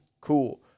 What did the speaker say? cool